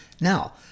Now